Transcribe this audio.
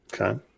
Okay